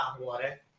water